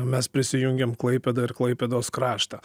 mes prisijungėm klaipėdą ir klaipėdos kraštą